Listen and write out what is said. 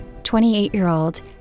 28-year-old